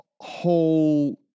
whole